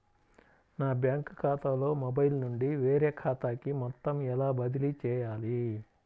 నా బ్యాంక్ ఖాతాలో మొబైల్ నుండి వేరే ఖాతాకి మొత్తం ఎలా బదిలీ చేయాలి?